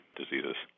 diseases